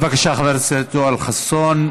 בבקשה, חבר הכנסת יואל חסון,